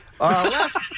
Last